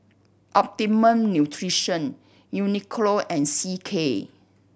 Optimum Nutrition Uniqlo and C K